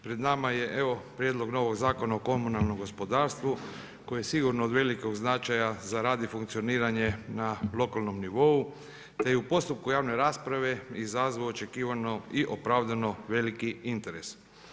Pred nama je evo prijedlog novog Zakona o komunalnom gospodarstvu koji je sigurno od velikog značaja za rad i funkcioniranje na lokalnom nivou, te je u postupku javne rasprave izazvao očekivano i opravdano veliki interes.